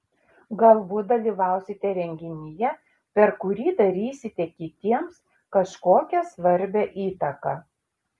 galbūt dalyvausite renginyje per kurį darysite kitiems kažkokią svarbią įtaką